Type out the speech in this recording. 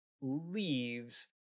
leaves